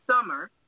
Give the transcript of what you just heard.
summer